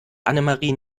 annemarie